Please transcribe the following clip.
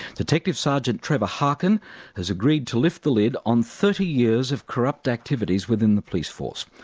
detective sergeant trevor harkin has agreed to lift the lid on thirty years of corrupt activities within the police force.